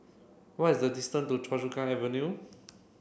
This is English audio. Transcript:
what is the distance to Choa Chu Kang Avenue